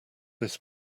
this